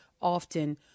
often